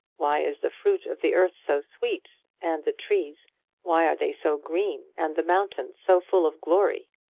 why is the fruit of the earth so sweet and the trees why are they so green and the mountains so full of glory?